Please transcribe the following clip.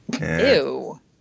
Ew